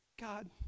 God